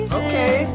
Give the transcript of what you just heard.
okay